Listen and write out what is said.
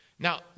Now